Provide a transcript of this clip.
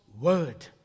word